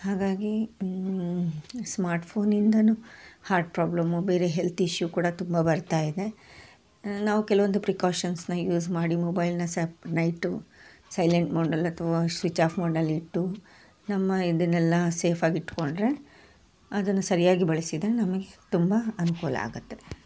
ಹಾಗಾಗಿ ಸ್ಮಾರ್ಟ್ಫೋನಿಂದನೂ heart problem ಬೇರೆ ಹೆಲ್ತ್ ಇಶ್ಯೂ ಕೂಡ ತುಂಬ ಬರ್ತಾ ಇದೆ ನಾವು ಕೆಲವೊಂದು ಪ್ರಿಕಾಶನ್ಸನ್ನ ಯೂಸ್ ಮಾಡಿ ಮೊಬೈಲನ್ನ ಸ ನೈಟು ಸೈಲೆಂಟ್ ಮೋಡಲ್ಲಿ ಅಥ್ವಾ ಸ್ವಿಚ್ ಆಫ್ ಮೋಡಲ್ಲಿ ಇಟ್ಟು ನಮ್ಮ ಇದನ್ನೆಲ್ಲ ಸೇಫ್ ಆಗಿ ಇಟ್ಟುಕೊಂಡ್ರೆ ಅದನ್ನು ಸರಿಯಾಗಿ ಬಳಸಿದರೆ ನಮಗೆ ತುಂಬ ಅನುಕೂಲ ಆಗುತ್ತೆ